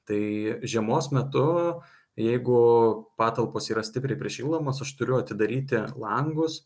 tai žiemos metu jeigu patalpos yra stipriai prišildomas aš turiu atidaryti langus